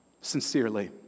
Sincerely